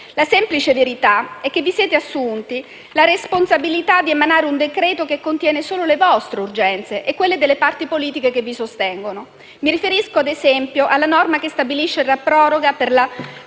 La semplice verità è che vi siete assunti la responsabilità di emanare un decreto-legge che contiene solo le vostre urgenze e quelle delle parti politiche che vi sostengono. Mi riferisco, ad esempio, alla norma che stabilisce la proroga per la